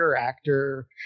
actor